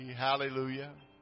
Hallelujah